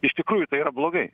iš tikrųjų tai yra blogai